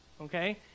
Okay